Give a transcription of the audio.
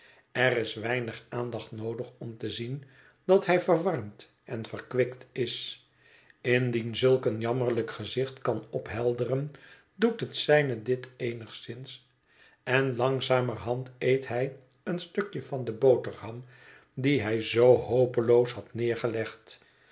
er is weinig aandacht noodig om te zien dat hij verwarmd en verkwikt is indien zulk een jammerlijk gezicht kan ophelderen doet het zijne dit eenigszins en langzamerhand eet hij een stukje van de boterham die hij zoo hopeloos had neergelegd